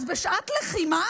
אז בשעת לחימה